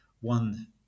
one